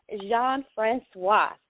Jean-Francois